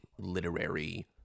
literary